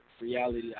reality